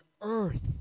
earth